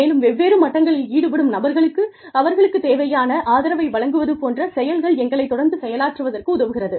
மேலும் வெவ்வேறு மட்டங்களில் ஈடுபடும் நபர்களுக்கு அவர்களுக்குத் தேவையான ஆதரவை வழங்குவது போன்ற செயல்கள் எங்களை தொடர்ந்து செயலாற்றுவதற்கு உதவுகிறது